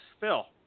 Phil